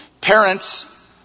parents